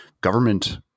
Government